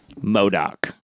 modoc